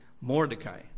Mordecai